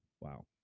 Wow